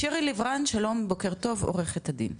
שירי לב-רן, שלום, בוקר טוב, עורכת הדין.